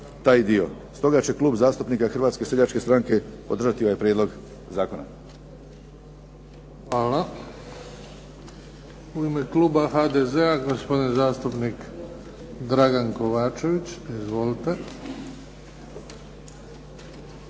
taj dio. Stoga će Klub zastupnika Hrvatske seljačke stranke podržati ovaj prijedlog zakona. **Bebić, Luka (HDZ)** Hvala. U ime kluba HDZ-a, gospodin zastupnik Dragan Kovačević. Izvolite.